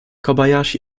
kobayashi